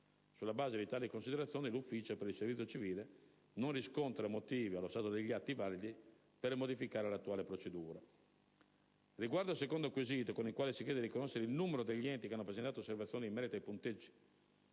Sulla base di tali considerazioni, l'Ufficio nazionale per il servizio civile non riscontra, allo stato, motivi validi per modificare l'attuale procedura. Riguardo al secondo quesito, con il quale si chiede di conoscere il numero degli enti che hanno presentato osservazioni in merito ai punteggi